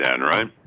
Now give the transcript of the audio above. right